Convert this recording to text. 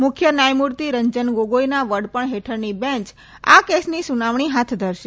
મુખ્ય ન્યાયમૂર્તિ રંજન ગોગોઈના વડપણ હેઠળની બેંચ આ કેસની સુનાવણી હાથ ધરશે